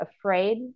afraid